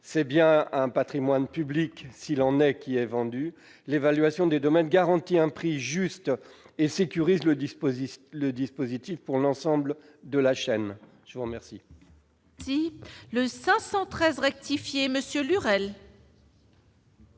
c'est bien d'un patrimoine public, s'il en est, qu'il s'agit. L'évaluation des domaines garantit un prix juste et sécurise le dispositif pour l'ensemble de la chaîne. L'amendement